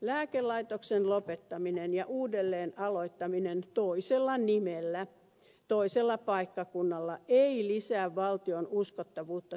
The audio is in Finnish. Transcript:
lääkelaitoksen lopettaminen ja uudelleen aloittaminen toisella nimellä toisella paikkakunnalla ei lisää valtion uskottavuutta työnantajana